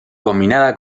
combinada